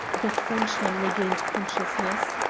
the frenchman regained consciousness.